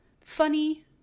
funny